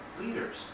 leaders